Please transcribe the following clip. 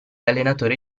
allenatore